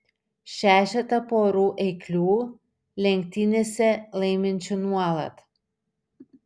šešetą porų eiklių lenktynėse laiminčių nuolat